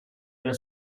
nel